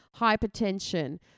hypertension